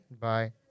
Bye